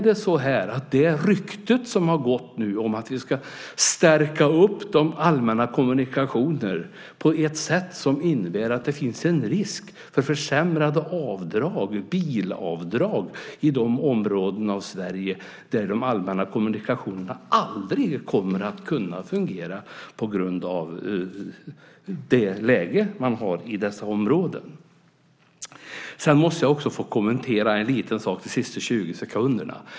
Det har gått ett rykte nu om att vi ska stärka de allmänna kommunikationerna på ett sätt som innebär att det finns en risk för försämrade bilavdrag i de områden av Sverige där de allmänna kommunikationerna aldrig kommer att kunna fungera på grund av det läge som man har i dessa områden. Är detta rykte sant? Jag måste också få kommentera en annan liten sak.